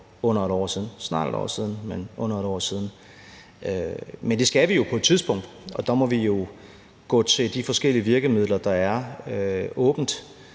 under 1 år siden – snart 1 år siden, men under 1 år siden. Men det skal vi på et tidspunkt, og der må vi jo gå til de forskellige virkemidler, der er åbne.